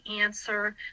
answer